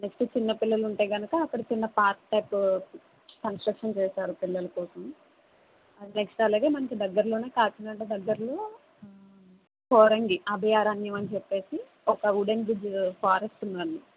next చిన్న పిల్లలు ఉంటే కనుక అక్కడ చిన్న పార్క్ టైప్ కన్స్ట్రక్షన్ చేసారు పిల్లల కోసం నెక్స్ట్ అలాగే మనకు దగ్గర్లోనే కాకినాడ దగ్గర్లో పోరంగి అభయ అరణ్యం అని చెప్పేసి ఓక ఉడన్ బ్రిడ్జ్ ఫారెస్ట్ ఉందండి